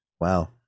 Wow